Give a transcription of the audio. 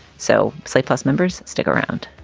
so slate plus members, stick around